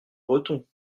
breton